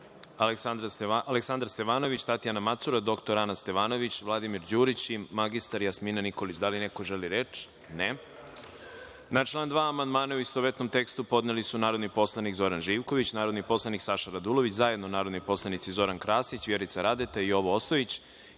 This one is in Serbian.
Aleksandar Stevanović, Tatjana Macura, dr Ana Stevanović, Vladimir Đurić i mr Jasmina Nikolić. Da li neko želi reč? (Ne)Na član 13. amandmane u istovetnom tekstu podneli su narodni poslanik Zoran Živković, narodni poslanik Saša Radulović, zajedno narodni poslanici Zoran Krasić, Vjerica Radeta, Petar Jojić